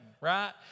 right